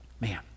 Man